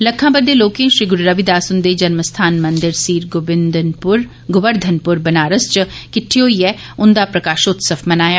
लक्खां बद्दे लोकें श्री गुरू रविदास हुन्दे जन्म अस्थान मंदिर सीर गोबर्धनपुर बनारस च किट्ठे होईयै उन्दा प्रकाशोत्सव मनाया